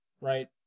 right